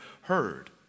heard